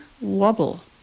Wobble